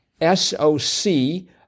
S-O-C